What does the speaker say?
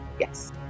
yes